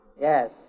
Yes